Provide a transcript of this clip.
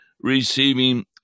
receiving